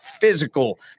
physical